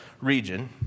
region